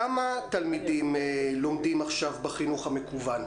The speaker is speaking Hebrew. כמה תלמידים לומדים עכשיו בחינוך המקוון,